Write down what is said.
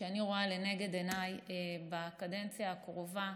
שאני רואה לנגד עיניי בקדנציה הקרובה,